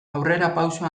aurrerapauso